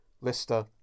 Lister